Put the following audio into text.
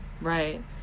right